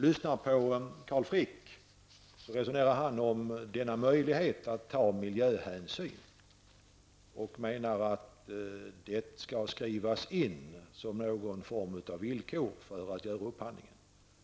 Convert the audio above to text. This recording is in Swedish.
Carl Frick resonerar om möjligheten att ta miljöhänsyn och menar att detta skall skrivas in som någon form av villkor för upphandling.